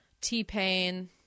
T-Pain